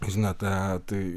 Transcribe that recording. žinote tai